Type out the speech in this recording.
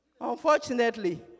Unfortunately